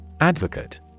Advocate